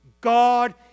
God